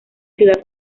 ciudad